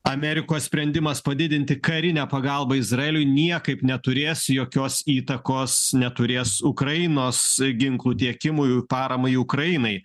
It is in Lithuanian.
amerikos sprendimas padidinti karinę pagalbą izraeliui niekaip neturės jokios įtakos neturės ukrainos ginklų tiekimui paramai ukrainai